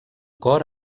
cor